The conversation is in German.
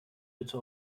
bitte